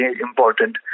important